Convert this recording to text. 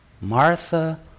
Martha